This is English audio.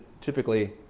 typically